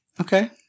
Okay